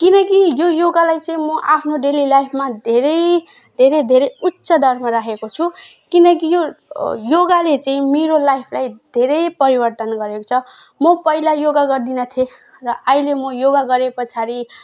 किनकि यो योगालाई चाहिँ म आफ्नो डेली लाइफमा धेरै धेरै धेरै उच्च दरमा राखेको छु किनकि यो योगाले चाहिँ मेरो लाइफलाई धेरै परिवर्तन गरेको छ म पहिला योगा गर्दिन थिएँ र अहिले म योगा गरे पछाडि